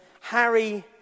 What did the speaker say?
Harry